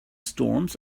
storms